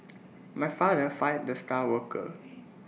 my father fired the star worker